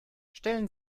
stellen